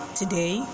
today